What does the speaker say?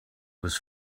was